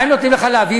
מה הם נותנים לך להביא?